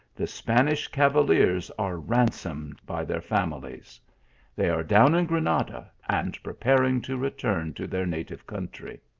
the spanish cavaliers are ransomed by their families they are down in granada, and preparing to return to their native country,